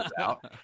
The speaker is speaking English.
out